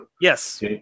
Yes